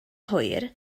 hwyr